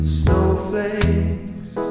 snowflakes